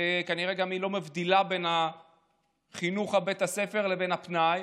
וכנראה היא גם לא מבדילה בין חינוך בית הספר לבין הפנאי,